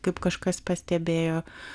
kaip kažkas pastebėjo